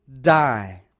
die